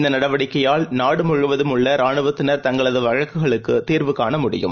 இந்தநடவடிக்கையால் நாடுமுழுவதிலும் உள்ளரானுவத்தினர் தங்களதுவழக்குகளுக்குதீர்வு காண முடியும்